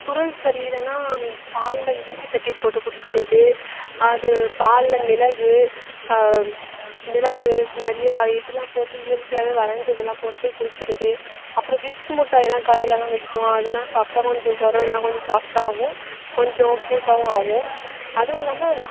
குரல் சரி இல்லைனா பாலில் இஞ்சி தட்டி போட்டு குடிக்கிறது அது பாலில் மிளகு மிளகு நிறையா இதலாம் போட்டு இயற்கையாகவே வெளைஞ்சதெல்லாம் போட்டு குடிக்கிறது அப்பறம் விக்ஸ் முட்டாய்லாம் கடையிலலாம் விற்கும் அதலாம் சாப்பிட்டா கொஞ்சம் குரலெல்லாம் கொஞ்சம் சாஃப்ட்டாகவும் கொஞ்சோம் க்யூட்டாகவும் ஆகும் அதுவும் இல்லாமல்